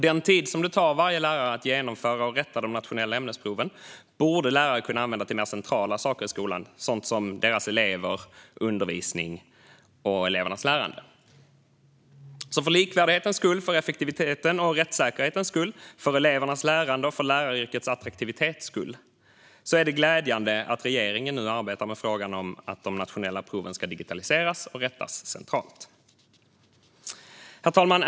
Den tid som det tar varje lärare att genomföra och rätta de nationella ämnesproven borde lärare kunna använda till mer centrala saker i skolan som sina elever, undervisning och elevernas lärande. För likvärdighetens skull, för effektivitetens och rättssäkerhetens skull, för elevernas lärandes skull och för läraryrkets attraktivitets skull är det därför glädjande att regeringen nu arbetar med frågan om att de nationella proven ska digitaliseras och rättas centralt. Herr talman!